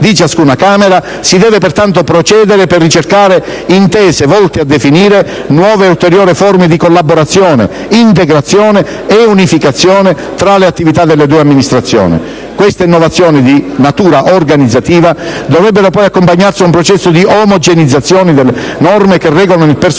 di ciascuna Camera, si deve pertanto procedere per ricercare intese volte a definire nuove ed ulteriori forme di collaborazione, integrazione e unificazione tra le attività delle due Amministrazioni. Queste innovazioni di natura organizzativa dovrebbero poi accompagnarsi ad un processo di omogeneizzazione delle norme che regolano il personale